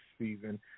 season